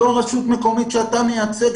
אותה רשות מקומית שאתה מייצג,